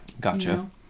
Gotcha